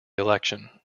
election